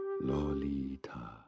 Lolita